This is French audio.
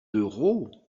d’euros